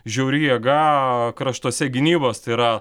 žiauri jėga kraštuose gynybos tai yra